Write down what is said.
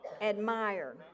admire